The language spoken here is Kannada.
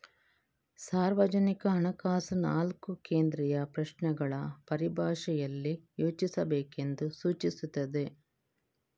ಸಾರ್ವಜನಿಕ ಹಣಕಾಸು ನಾಲ್ಕು ಕೇಂದ್ರೀಯ ಪ್ರಶ್ನೆಗಳ ಪರಿಭಾಷೆಯಲ್ಲಿ ಯೋಚಿಸಬೇಕೆಂದು ಸೂಚಿಸುತ್ತದೆ